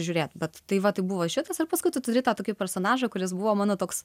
žiūrėt bet tai vat buvo šitas ar paskui tu turi tą tokį personažą kuris buvo mano toks